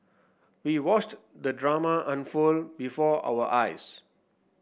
we watched the drama unfold before our eyes